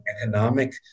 economic